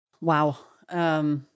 Wow